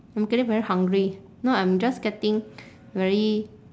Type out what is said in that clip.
I'm getting very hungry now I'm just getting very